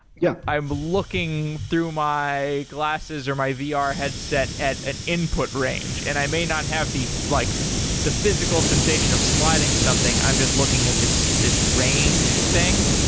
yeah i'm looking through my glasses, or my vr ah headset at an input range, and i may not have the like the physical sensation of sliding something. i'm just looking at this this range thing?